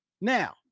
Now